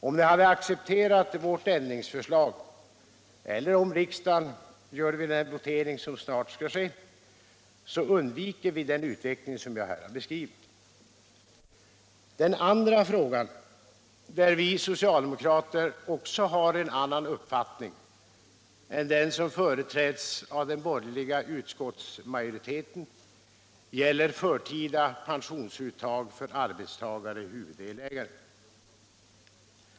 Om ni hade accepterat vårt ändringsförslag eller om riksdagen gör det vid den votering som snart skall ske undviker vi den utveckling som jag här har beskrivit. Den andra fråga där vi socialdemokrater har en annan uppfattning än den som företräds av den borgerliga utskottsmajoriteten gäller förtida pensionsuttag för arbetstagare-huvuddelägare.